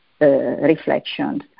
reflections